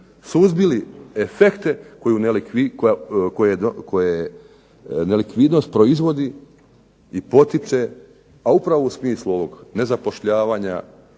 suzbili efekte koje nelikvidnost proizvodi i potiče, a upravo u smislu ovog nezapošljavanja,